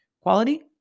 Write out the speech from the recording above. quality